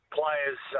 players